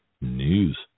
news